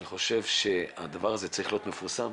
אני חושב שהדבר הזה צריך להיות מפורסם.